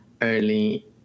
early